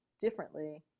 differently